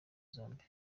zombi